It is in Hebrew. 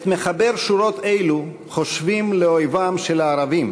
"את מחבר שורות אלו חושבים לאויבם של הערבים",